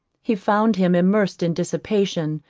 he found him immersed in dissipation,